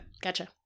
Gotcha